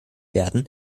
werden